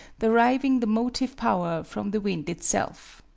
deriving the motive power from the wind itself.